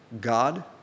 God